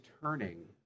turning